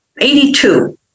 82